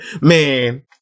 man